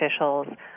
officials